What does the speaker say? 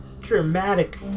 dramatic